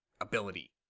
ability